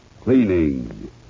cleaning